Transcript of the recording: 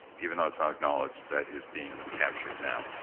even though it's not acknowledged, that is being captured now.